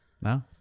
No